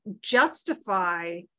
justify